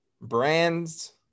brands